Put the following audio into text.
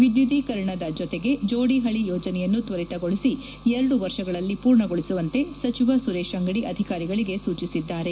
ವಿದ್ಯುದೀಕರಣದ ಜೊತೆಗೆ ಜೋಡಿ ಹಳಿ ಯೋಜನೆಯನ್ನು ತ್ವರಿತಗೊಳಿಸಿ ಎರಡು ವರ್ಷಗಳಲ್ಲಿ ಪೂರ್ಣಗೊಳಿಸುವಂತೆ ಸಚಿವ ಸುರೇಶ್ ಅಂಗದಿ ಅಧಿಕಾರಿಗಳಿಗೆ ಸೂಚಿಸಿದ್ದಾರೆ